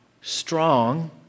strong